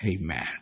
Amen